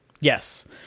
Yes